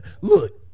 look